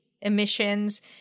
emissions